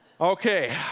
Okay